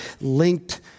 linked